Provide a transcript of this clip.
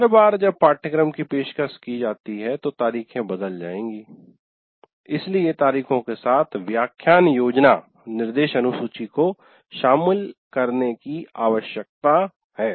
हर बार जब पाठ्यक्रम की पेशकश की जाती है तो तारीखें बदल जाएंगी इसलिए तारीखों के साथ व्याख्यान योजना निर्देश अनुसूची को शामिल करने की आवश्यकता है